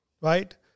Right